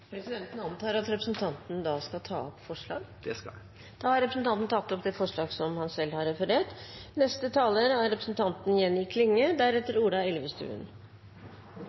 Presidenten antar at representanten skal ta opp forslag. Det skal jeg. Da har representanten Kjell Ingolf Ropstad tatt opp det forslaget som han